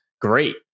great